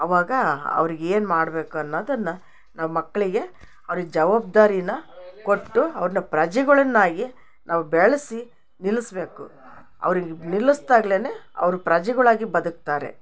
ಅವಾಗ ಅವ್ರಿಗೆ ಏನು ಮಾಡ್ಬೇಕು ಅನ್ನೋದನ್ನ ನಾವು ಮಕ್ಕಳಿಗೆ ಅವ್ರಿಗೆ ಜವಾಬ್ದಾರಿನ ಕೊಟ್ಟು ಅವ್ರನ್ನ ಪ್ರಜೆಗಳನ್ನಾಗಿ ನಾವು ಬೆಳೆಸಿ ನಿಲ್ಲಿಸಬೇಕು ಅವ್ರಿಗೆ ನಿಲ್ಲಸ್ತಾಗಲೇನೇ ಅವ್ರು ಪ್ರಜೆಗಳಾಗಿ ಬದುಕ್ತಾರೆ